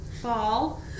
fall